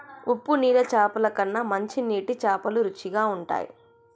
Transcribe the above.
ఉప్పు నీళ్ల చాపల కన్నా మంచి నీటి చాపలు రుచిగ ఉంటయ్